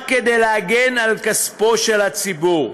רק כדי להגן על כספו של הציבור.